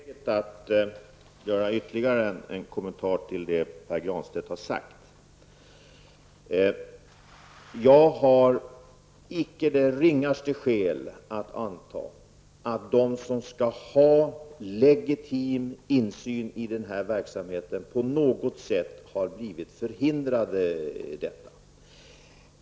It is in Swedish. Herr talman! Jag finner det angeläget att göra ytterligare en kommentar till det Pär Granstedt har sagt. Jag har icke det ringaste skäl att anta att de som skall ha legitim insyn i den här verksamheten på något sätt har blivit förhindrade i detta.